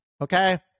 Okay